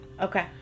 Okay